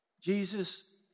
Jesus